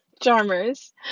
charmers